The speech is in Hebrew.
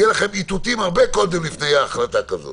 יהיו לכם הרבה איתותים הרבה קודם לפני החלטה כזאת.